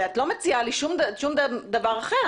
לא מציעה לי דבר אחר.